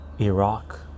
Iraq